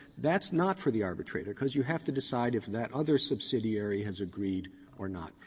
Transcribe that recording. that's not for the arbitrator because you have to decide if that other subsidiary has agreed or not.